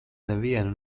nevienu